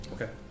Okay